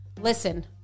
Listen